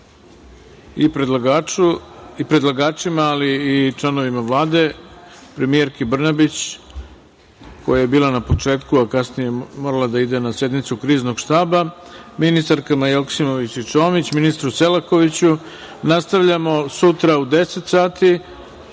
i predlagačima, ali i članovima Vlade, premijerki Brnabić, koja je bila na početku, a kasnije je morala da ide na sednicu Kriznog štaba, ministarkama Joksimović i Čomić, ministru Selakoviću. Nastavljamo sutra u 10.00